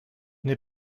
n’ai